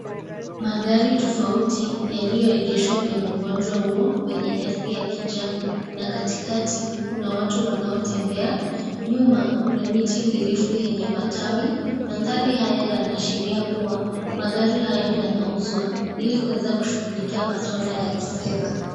Magari tofauti yaliyoegeshwa kwenyae uwanja huo wenye nyasi ya kijani, na katikati kuna watu wanaotembea, nyuma kuna miti mirefu yenye matawi, manthari haya yanaashiria kuwa magari hayo yanauzwa ili kuweza kushughlulikia maswala ya kifedha.